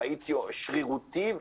שרירותי,